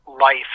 life